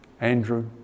Andrew